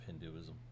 Hinduism